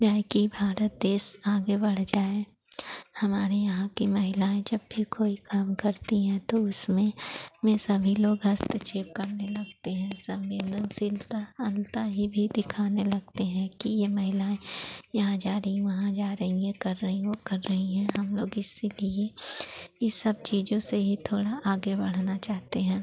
जहे कि भारत देश आगे बढ़ जाए हमारे यहाँ की महिलाएँ जब भी कोई काम करती हैं तो उसमें में सभी लोग हस्तक्षेप करने लगते हैं संवेदनशीलता अंधता ही भी दिखाने लगते हैं कि ये महिलाएँ यहाँ जा रही वहाँ जा रही हैं यह कर रहीं वह कर रही हैं हम लोग इसीलिए ई सब चीज़ों से ही थोड़ा आगे बढ़ना चाहते हैं